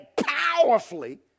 powerfully